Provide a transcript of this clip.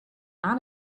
out